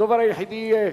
הדובר היחיד יהיה